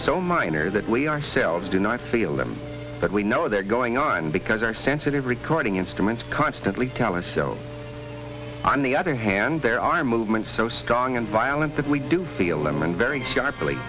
so minor that we ourselves do not feel them but we know they're going on because they're sensitive recording instruments constantly tell and so on the other hand there are movements so strong and violent that we do feel them and very sharply